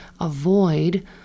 avoid